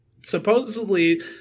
Supposedly